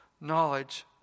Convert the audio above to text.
knowledge